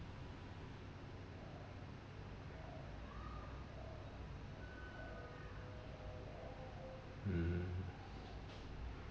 mm